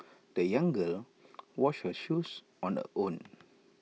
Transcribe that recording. the young girl washed her shoes on her own